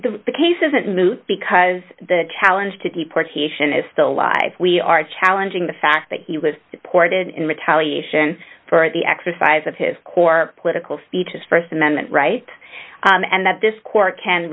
well the case isn't moot because the challenge to deportation is still alive we are challenging the fact that he was supported in retaliation for the exercise of his core political speech is st amendment right and that this court can